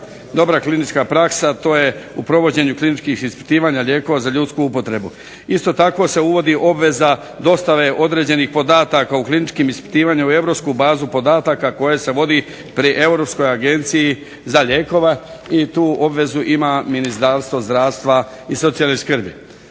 dobra klinička praksa, to je u provođenju kliničkih ispitivanja lijekova za ljudsku upotrebu. Isto tako se uvodi obveza dostave određenih podataka u kliničkim ispitivanjima u europsku bazu podataka koje se vodi pri Europskoj agenciji za lijekove i tu obvezu ima Ministarstvo zdravstva i socijalne skrbi.